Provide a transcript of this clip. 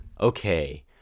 okay